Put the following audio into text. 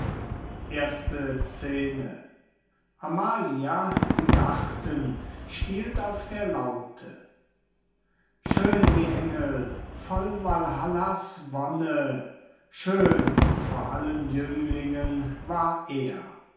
scene amalia im garten spielt auf der laute schön wie engel voll walhalla's wonne schön vor allen jünglingen war er